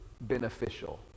beneficial